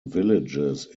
villages